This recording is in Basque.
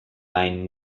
hain